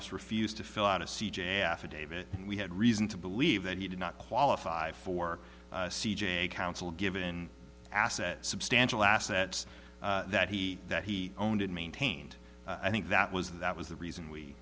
ss refused to fill out a c j affidavit and we had reason to believe that he did not qualify for c j counsel given assets substantial assets that he that he owned and maintained i think that was that was the reason we